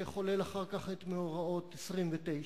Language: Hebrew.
שחולל אחר כך את מאורעות 1929,